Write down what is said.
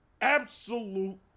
Absolute